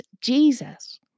Jesus